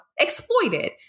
exploited